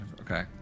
Okay